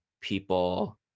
people